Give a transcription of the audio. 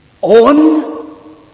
On